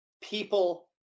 people